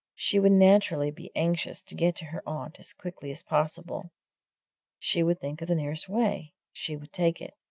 she would naturally be anxious to get to her aunt as quickly as possible she would think of the nearest way she would take it.